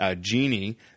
genie